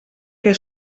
què